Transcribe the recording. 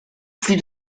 plus